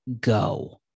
go